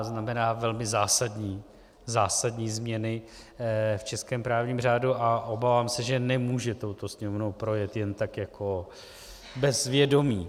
Znamená velmi zásadní změny v českém právním řádu a obávám se, že nemůže touto Sněmovnou projet jen tak jako bez vědomí.